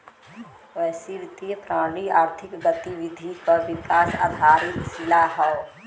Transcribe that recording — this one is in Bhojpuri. वैश्विक वित्तीय प्रणाली आर्थिक गतिविधि क आधारशिला हौ